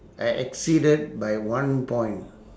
I exceeded by one point